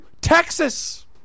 Texas